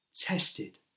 tested